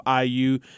IU